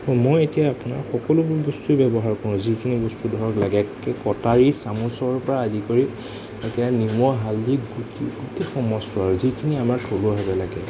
মই এতিয়া আপোনাৰ সকলোবোৰ বস্তুৱেই ব্যৱহাৰ কৰোঁ যিখিনি বস্তু ধৰক লাগে কটাৰী চামুচৰ পৰা আদি কৰি এতিয়া নিমখ হালধি গুটি গোটেই সমস্ত আৰু যিখিনি আমাৰ থলুৱাভাৱে লাগে